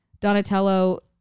Donatello